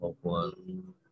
one